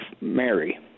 Mary